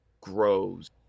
grows